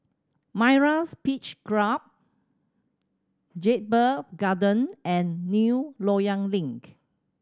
Myra's Beach Club Jedburgh Garden and New Loyang Link